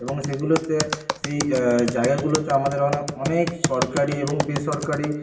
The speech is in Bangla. এবং সেগুলিতে সেই জায়গাগুলিতে আমাদের অনেক অনেক সরকারি এবং বেসরকারি